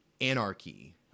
anarchy